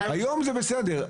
היום זה בסדר.